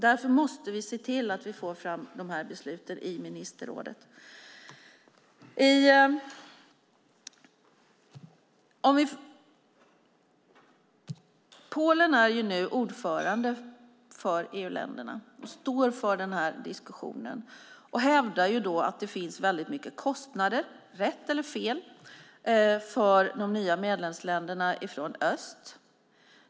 Därför måste vi se till att få fram de här besluten i ministerrådet. Polen är nu ordförande för EU-länderna, står för den här diskussionen och hävdar att det finns väldigt mycket kostnader - rätt eller fel - för de nya medlemsländerna från öst.